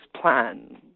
plan